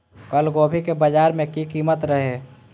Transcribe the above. कल गोभी के बाजार में की कीमत रहे?